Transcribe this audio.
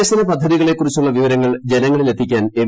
വികസന പ്പ്ധതികളെക്കുറിച്ചുള്ള വിവരങ്ങൾ ജനങ്ങളിലെത്തിക്കാൻ എം